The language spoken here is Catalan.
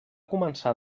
començar